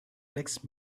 next